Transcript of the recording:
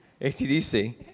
ATDC